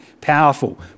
powerful